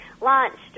launched